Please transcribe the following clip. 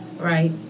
Right